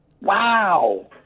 Wow